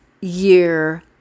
year